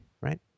right